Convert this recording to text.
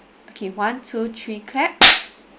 okay one two three clap